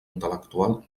intel·lectual